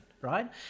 right